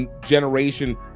generation